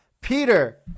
Peter